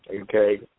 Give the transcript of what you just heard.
Okay